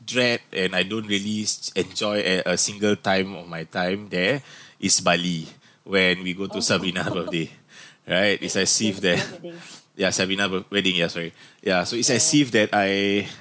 dread and I don't really enjoy at a single time of my time there is bali when we go to ssbrina birthday right it's as if there ya sabrina birth wedding ya sorry ya so it's as if that I